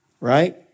right